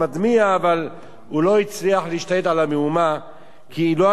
אבל הוא לא הצליח להשתלט על המהומה כי לא היו כוחות